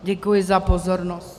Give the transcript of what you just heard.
Děkuji za pozornost.